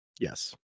Yes